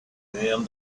him